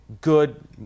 good